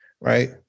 right